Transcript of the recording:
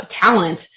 talent